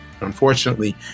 Unfortunately